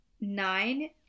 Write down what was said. nine